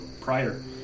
prior